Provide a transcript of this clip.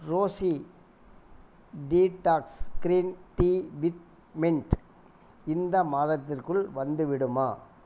Roshi detox green tea with mint இந்த மாதத்திற்குள் வந்துவிடுமா